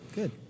good